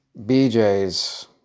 BJs